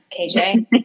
KJ